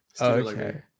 okay